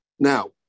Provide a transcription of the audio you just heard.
Now